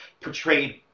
portrayed